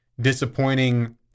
disappointing